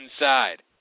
inside